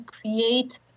create